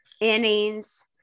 innings